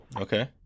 Okay